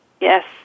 Yes